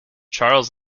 charles